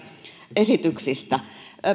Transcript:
esityksistä